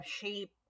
shape